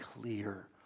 clear